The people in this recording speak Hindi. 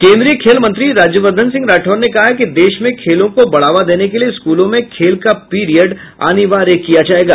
केन्द्रीय खेल मंत्री राज्यवर्द्वन सिंह राठौर ने कहा है कि देश में खेलों को बढ़ावा देने के लिए स्कूलों में खेल का पीरियड अनिवार्य किया जायेगा